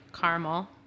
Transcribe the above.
caramel